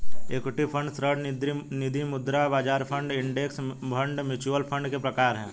equity fund ऋण निधिमुद्रा बाजार fund index fund mutual fund के प्रकार हैं